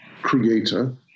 creator